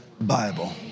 Bible